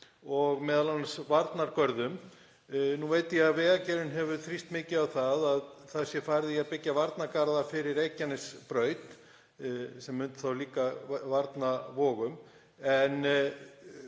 og m.a. varnargörðum. Nú veit ég að Vegagerðin hefur þrýst mikið á að það sé farið í að byggja varnargarða fyrir Reykjanesbraut sem myndi þá líka vernda Voga en